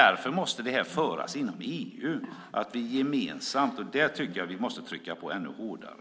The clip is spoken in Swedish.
Därför måste frågan drivas gemensamt inom EU, och där tycker jag att vi måste trycka på ännu hårdare.